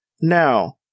Now